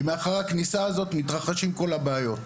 כי מאחורי הכניסה הזאת מתרחשות כל הבעיות.